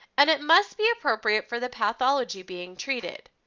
and it must be appropriate for the pathology being treated.